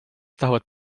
tahavad